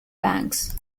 banks